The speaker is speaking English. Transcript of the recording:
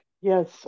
Yes